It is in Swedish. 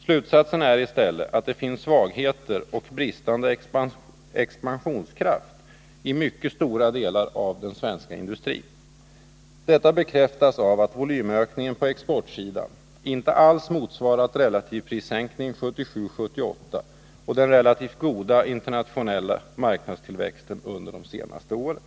Slutsatsen är i stället att det finns svagheter och bristande expansionskraft i mycket stora delar av den svenska industrin. Detta bekräftas av att volymökningen på exportsidan inte alls motsvarat relativprissänkningen 1977 och 1978 och den relativt goda internationella marknadstillväxten under de senaste åren.